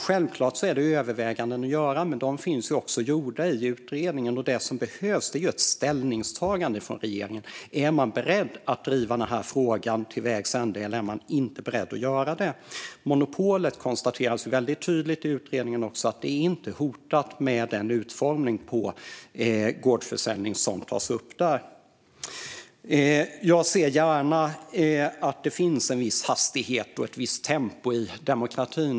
Självklart finns det överväganden att göra, men de finns gjorda i utredningen. Det som behövs är ett ställningstagande från regeringen. Är man beredd att driva den här frågan till vägs ände, eller är man inte beredd att göra det? Det konstateras väldigt tydligt i utredningen att monopolet inte hotas av den utformning av gårdsförsäljning som tas upp där. Jag ser gärna att det finns en viss hastighet och ett visst tempo i demokratin.